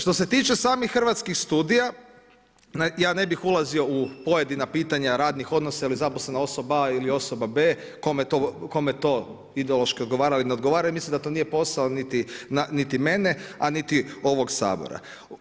Što se tiče samih Hrvatskih studija, ja ne bih ulazio u pojedina pitanja radnih odnosa jeli zaposlena osoba a ili osoba b, kome to ideološki odgovara ili ne odgovara i mislim da to nije posao niti mene, a niti ovog Sabora.